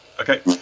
Okay